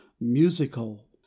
musical